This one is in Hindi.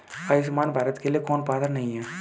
आयुष्मान भारत के लिए कौन पात्र नहीं है?